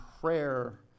prayer